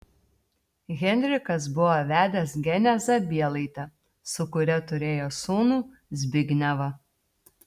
henrikas buvo vedęs genę zabielaitę su kuria turėjo sūnų zbignevą